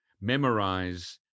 memorize